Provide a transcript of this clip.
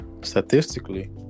statistically